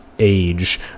age